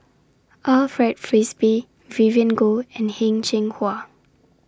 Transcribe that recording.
Alfred Frisby Vivien Goh and Heng Cheng Hwa